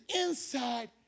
inside